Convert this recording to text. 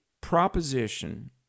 proposition